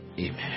Amen